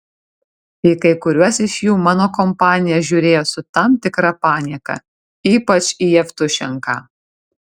į kai kuriuos iš jų mano kompanija žiūrėjo su tam tikra panieka ypač į jevtušenką